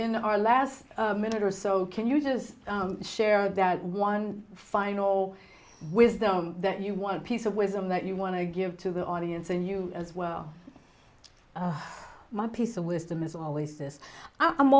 in our last minute or so can you just share their one final wisdom that you want peace of wisdom that you want to give to the audience and you as well my piece of wisdom is always this i'm